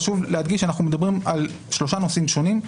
חשוב להדגיש שאנחנו מדברים על שלושה נושאים שונים,